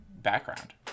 background